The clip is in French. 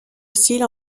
hostiles